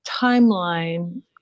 timeline